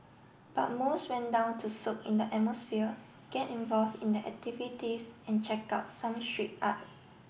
but most went down to soak in the atmosphere get involve in the activities and check out some street art